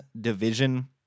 division